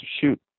shoot